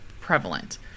prevalent